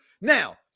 Now